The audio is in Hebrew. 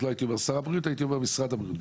לא הייתי אומר שר הבריאות אלא הייתי אומר משרד הבריאות.